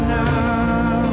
now